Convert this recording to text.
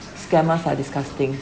scammers are disgusting